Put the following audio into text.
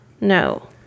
no